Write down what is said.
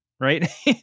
right